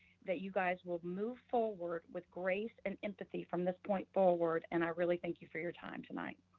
that you guys will move forward with grace and empathy from this point forward and i really thank you for your time tonight.